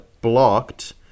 blocked